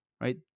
right